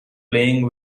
playing